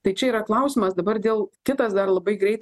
tai čia yra klausimas dabar dėl kitas dar labai greit